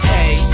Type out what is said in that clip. Hey